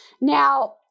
Now